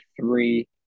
three